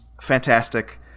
Fantastic